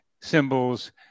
symbols